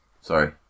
Sorry